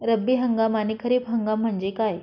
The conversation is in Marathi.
रब्बी हंगाम आणि खरीप हंगाम म्हणजे काय?